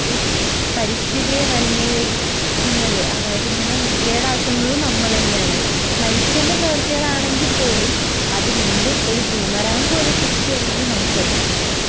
ഈ പരിസ്ഥിതിയെ മലിനീകരിക്കുന്നത് അതായത് ഇങ്ങനെ വൃത്തികേടാക്കുന്നതും നമ്മൾ തന്നെയാണ് മനുഷ്യൻ്റെ പ്രവർത്തികൾ ആണെങ്കിൽ പോലും അത് വീണ്ടും ഒരു ബൂമറാങ് പോലെ തിരിച്ചു വരുന്നത് മനുഷ്യർക്ക് തന്നെയാണ്